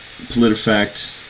PolitiFact